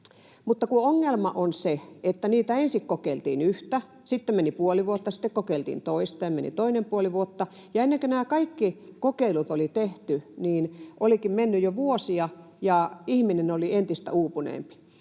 mutta ongelma on se, että ensin kokeiltiin yhtä, sitten meni puoli vuotta, sitten kokeiltiin toista ja meni toinen puoli vuotta ja ennen kuin nämä kaikki kokeilut oli tehty, niin olikin mennyt jo vuosia ja ihminen oli entistä uupuneempi.